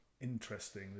interesting